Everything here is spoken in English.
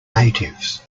natives